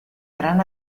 gran